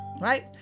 right